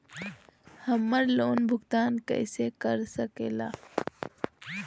हम्मर लोन भुगतान कैसे कर सके ला?